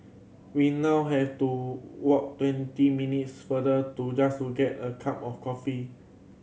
we now have to walk twenty minutes farther do just to get a cup of coffee